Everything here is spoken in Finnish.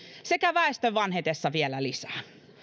sekä väestön vanhetessa vielä lisää